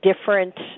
different